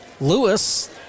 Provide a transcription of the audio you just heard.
Lewis